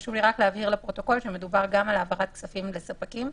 חשוב לי להבהיר לפרוטוקול שמדובר גם בהעברת כספים לספקים.